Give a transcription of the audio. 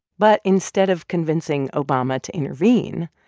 but instead of convincing obama to intervene,